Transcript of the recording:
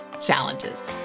challenges